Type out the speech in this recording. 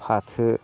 फाथो